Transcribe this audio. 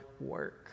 work